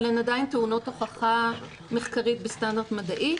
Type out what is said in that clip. הן עדיין טעונות הוכחה מחקרית בסטנדרט מדעי.